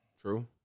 True